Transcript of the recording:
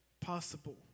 possible